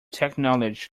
technology